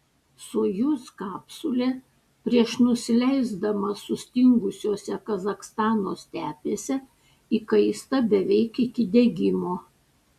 sojuz kapsulė prieš nusileisdama sustingusiose kazachstano stepėse įkaista beveik iki degimo